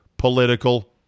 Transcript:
political